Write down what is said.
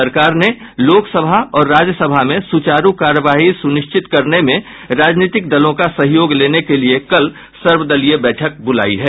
सरकार ने लोकसभा और राज्यसभा में सुचारू कार्यवाही सुनिश्चित करने में राजनीतिक दलों का सहयोग लेने के लिए कल सर्वदलीय बैठक ब्रलाई है